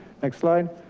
next slide.